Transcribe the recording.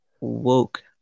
woke